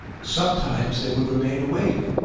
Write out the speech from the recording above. some times they would remain awake,